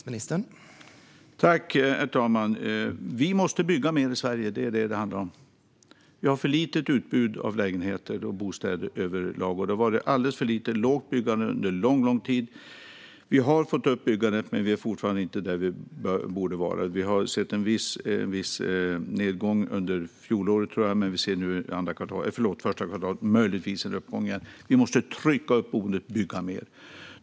Herr talman! Vi måste bygga mer i Sverige. Det är vad det handlar om. Vi har för litet utbud av lägenheter och bostäder överlag, och det har varit alldeles för lågt byggande under lång, lång tid. Vi har fått upp byggandet, men vi är fortfarande inte där vi borde vara. Vi såg en viss nedgång under fjolåret, men nu ser vi efter första kvartalet möjligtvis en uppgång igen. Vi måste trycka upp byggandet.